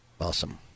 Awesome